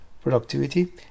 productivity